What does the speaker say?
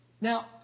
Now